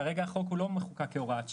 כרגע החוק לא מחוקק כהוראת שעה.